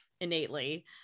innately